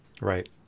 Right